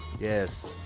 Yes